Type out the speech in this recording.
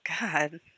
god